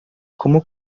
como